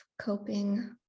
coping